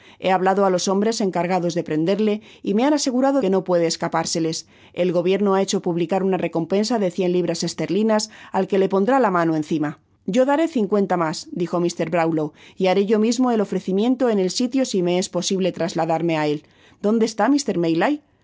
he hablado á los hombres encargados de prenderle y me han asegurado que no puede escapárseles el gobierno ha hecbo publicar una recompensa da cien libras esterlinas al que le pondrá la mano encima yo daré cincuenta mas dijo mr brownlow y haré yo mismo el ofrecimiento en el mismo sitio si me es posible trasladarme á él dónde está